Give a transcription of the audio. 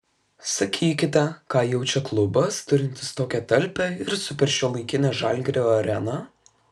sakykite ką jaučia klubas turintis tokią talpią ir superšiuolaikinę žalgirio areną